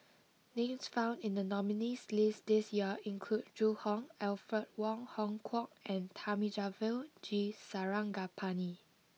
names found in the nominees' list this year include Zhu Hong Alfred Wong Hong Kwok and Thamizhavel G Sarangapani